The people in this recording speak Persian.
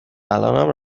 الانم